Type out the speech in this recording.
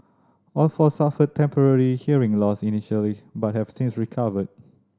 all four suffered temporary hearing loss initially but have since recovered